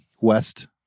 West